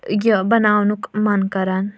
یہِ بَناونُک من کَران